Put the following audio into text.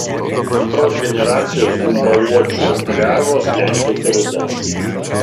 antros generacijos gumbauodžių lervos kenkia iki rudens